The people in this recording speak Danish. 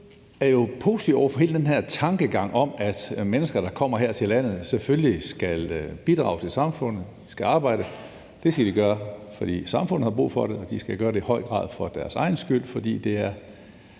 det. SF er positiv over for hele den her tankegang om, at mennesker, der kommer her til landet, selvfølgelig skal bidrage til samfundet og skal arbejde. Det skal de gøre, fordi samfundet har brug for det, og de skal i høj grad gøre det for deres egen skyld, for det er